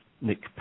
nick